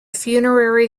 funerary